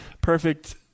perfect